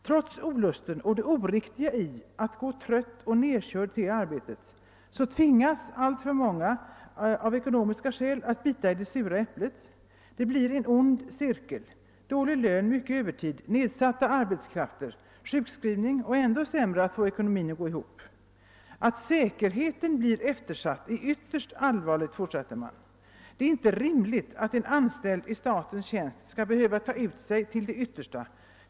Trots olusten och det oriktiga i att gå trött och nerkörd till arbetet tvingas alltför många av ekonomiska skäl att bita i det sura äpplet. Det blir en ond cirkel. Dålig lön, mycket övertid, nedsatta arbetskrafter, sjukskrivning och ändå sämre att få ekonomin att gå ihop. Att säkerheten blir eftersatt är ytterst allvarligt. Det är inte rimligt att en anställd i statens tjänst skall behöva ta ut sig till det yttersta.